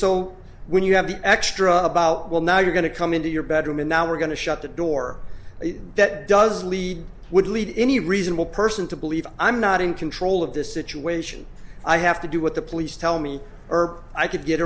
so when you have the extra about well now you're going to come into your bedroom and now we're going to shut the door that does lead would lead any reasonable person to believe i'm not in control of this situation i have to do what the police tell me or i could get